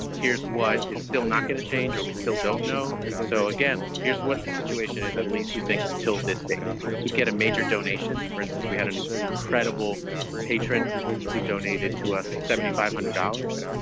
here's what is still not going to change or we still don't know. so, again, here's what the situation is. at least we think until this date we'd get a major donation for instance, we had an incredible patron who donated to us. seventy five hundred dollars.